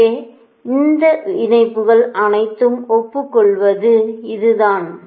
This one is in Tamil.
எனவே இந்த இணைப்புகள் அனைத்தையும் ஒப்புக்கொள்வது இது தான்